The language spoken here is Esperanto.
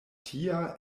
tia